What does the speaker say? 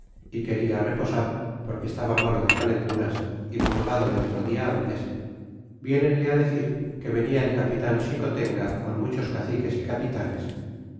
y queda reposar porque estaba malo de calenturas y purgado de otro dia antes viénenle decir que venia el capitan xicotenga con muchos caciques y capitanes